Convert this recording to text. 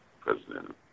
President